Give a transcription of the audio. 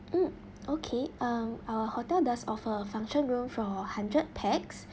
mm okay um our hotel does offer a function room for hundred pax